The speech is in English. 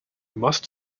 must